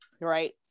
right